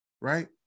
right